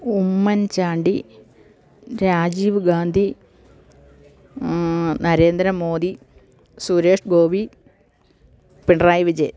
Oommen Chandy Rajiv Gandhi Narendra Modi Suresh Gopi Pinarayi Vijayan